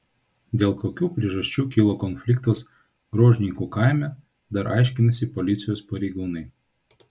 dėl kokių priežasčių kilo konfliktas gruožninkų kaime dar aiškinasi policijos pareigūnai